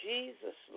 Jesus